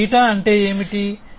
ఇక్కడ β అంటే ఏమిటి